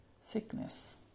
sickness